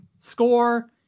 score